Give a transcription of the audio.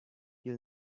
you